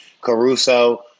Caruso